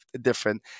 different